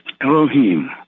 Elohim